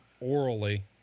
orally